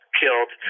killed